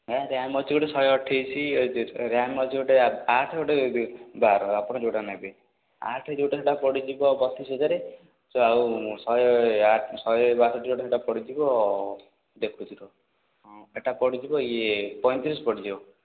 ହଁ ରିୟାମ୍ ଅଛି ଗୋଟେ ଶହେ ଅଠେଇଶି ରିୟାମ୍ ଅଛି ଗୋଟେ ଆଠେ ବାର ଆପଣ ଯେଉଁଟା ନେବେ ଆଠେ ଯେଉଁଟା ପଡ଼ିଯିବ ବତିଶ ହଜାର୍ ଆଉ ଶହେ ଆଠ ଶହେ ବାଷଠି ଯେଉଁଟା ପଡ଼ିଯିବ ଦେଖୁଛି ବାଆଷଠି ଏଇଟା ପଡ଼ିଯିବ ଇଏ ପଇଁତିରିଶ ପଡ଼ିଯିବ